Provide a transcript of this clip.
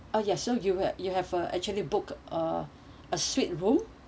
uh yes so you uh you have uh actually book a a suite room